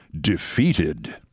defeated